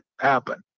happen